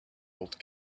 old